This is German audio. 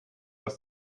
aus